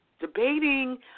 debating